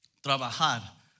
trabajar